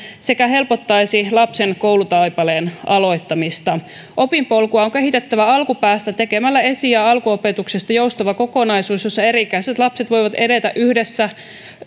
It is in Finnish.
sekä helpottaisi lapsen koulutaipaleen aloittamista opinpolkua on kehitettävä alkupäästä tekemällä esi ja alkuopetuksesta joustava kokonaisuus jossa eri ikäiset lapset voivat edetä yhdessä